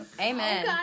Amen